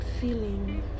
feeling